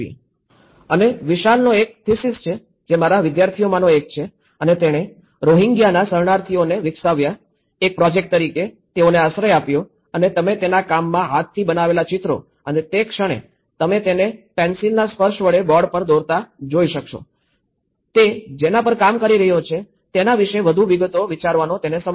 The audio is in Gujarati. અને વિશાલનો આ એક થિસિસ છે જે મારા વિદ્યાર્થીઓમાંનો એક છે અને તેણે રોહિંગ્યાના શરણાર્થીઓને વિકસાવ્યા એક પ્રોજેક્ટ તરીકે તેઓને આશ્રય આપ્યો અને તમે તેના કામમાં હાથથી બનાવેલા ચિત્રો અને તે ક્ષણે તમે તેને પેંસિલને સ્પર્શ વડે બોર્ડ પર દોરતા જોઈ શકશો તે જેના પર કામ કરી રહ્યો છે તેના વિશે વધુ વિગતો વિચારવાનો તેને સમય આપશે